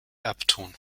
abtun